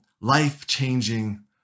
life-changing